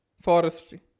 forestry